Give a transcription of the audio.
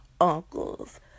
uncles